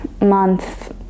month